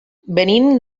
venim